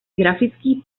grafický